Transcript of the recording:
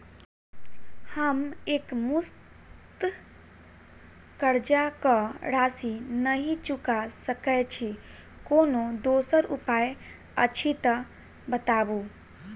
हम एकमुस्त कर्जा कऽ राशि नहि चुका सकय छी, कोनो दोसर उपाय अछि तऽ बताबु?